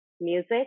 music